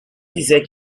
disait